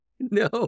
No